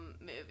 movie